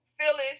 Phyllis